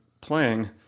playing